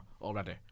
already